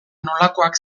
nolakoak